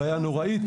בעיה נוראית,